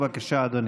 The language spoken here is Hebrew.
בבקשה, אדוני.